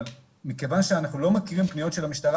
אבל מכיוון שאנחנו לא מכירים פניות של המשטרה